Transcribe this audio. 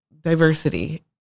diversity